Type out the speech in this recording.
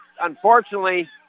Unfortunately